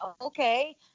okay